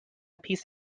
piece